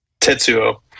Tetsuo